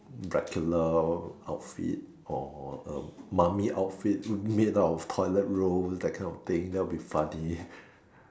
Dracula outfit or a mummy outfit made up of toilet rolls that kind of thing that would be funny